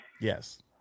Yes